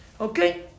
Okay